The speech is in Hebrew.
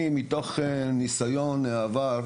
אני מתוך ניסיון העבר,